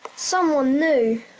someone new.